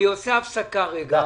אני עושה הפסקה רגע